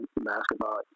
basketball